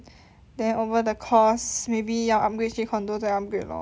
then over the course maybe 要 upgrade 去 condo 再 upgrade lor